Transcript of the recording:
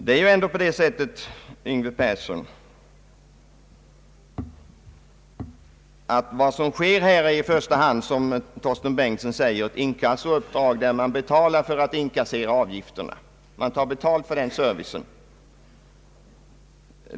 Det är där, som herr Torsten Bengtson sagt, i första hand fråga om ett inkassouppdrag, där man t.o.m. tar betalt för den service som inkasseringen av avgifterna innebär.